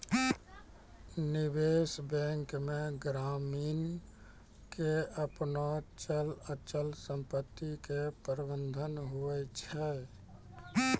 निबेश बेंक मे ग्रामीण के आपनो चल अचल समपत्ती के प्रबंधन हुवै छै